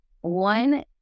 One